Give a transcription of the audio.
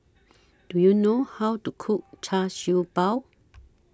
Do YOU know How to Cook Char Siew Bao